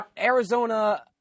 Arizona